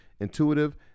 intuitive